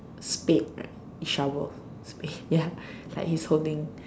spade shovel spade ya like he's holding